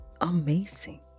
amazing